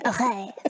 Okay